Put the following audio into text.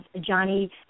Johnny